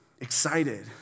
excited